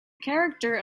character